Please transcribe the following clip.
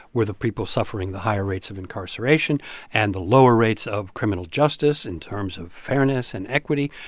were the people suffering the higher rates of incarceration and the lower rates of criminal justice in terms of fairness and equity.